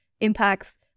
impacts